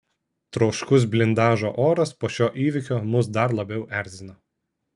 troškus blindažo oras po šio įvykio mus dar labiau erzina